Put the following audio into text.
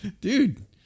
dude